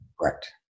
correct